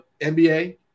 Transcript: NBA